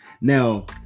Now